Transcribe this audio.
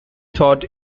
thought